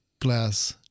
glass